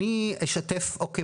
אז אני אשתף, אוקיי?